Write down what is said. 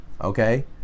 Okay